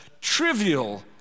trivial